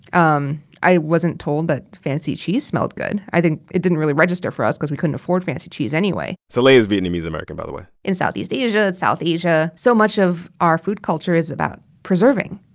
um i wasn't told that fancy cheese smelled good. i think it didn't really register for us cause we couldn't afford fancy cheese anyway soleil is vietnamese-american, by the way in southeast asia and south asia, so much of our food culture is about preserving.